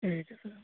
ঠিক আছে